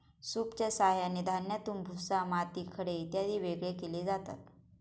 सूपच्या साहाय्याने धान्यातून भुसा, माती, खडे इत्यादी वेगळे केले जातात